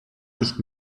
nicht